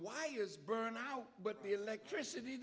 wires burn out but the electricity